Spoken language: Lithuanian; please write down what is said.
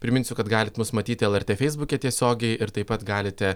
priminsiu kad galit mus matyti lrt feisbuke tiesiogiai ir taip pat galite